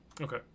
Okay